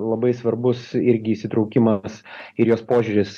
labai svarbus irgi įsitraukimas ir jos požiūris